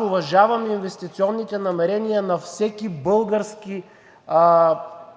Уважавам инвестиционните намерения на всеки български